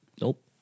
Nope